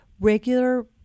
regular